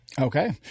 Okay